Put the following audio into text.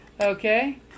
Okay